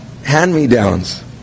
hand-me-downs